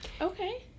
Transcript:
Okay